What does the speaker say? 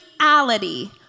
reality